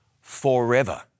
forever